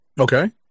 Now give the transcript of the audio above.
Okay